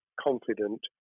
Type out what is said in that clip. confident